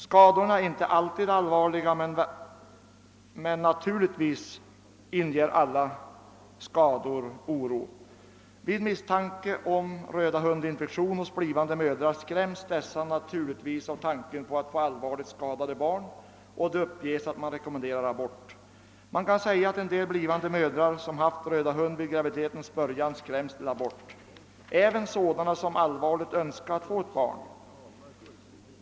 Skadorna är inte alltid allvarliga, men alla skador inger naturligtvis oro. Vid misstanke om infektion av röda hund hos blivande mödrar blir dessa naturligtvis skrämda av tanken på att få allvarligt skadade barn och det uppges att abort rekommenderas i sådana fall. Det är ingen överdrift att säga att en del blivande mödrar, som vid graviditetens början haft röda hund, skräms till abort. Detta gäller även sådana som allvarligt önskar få ett barn.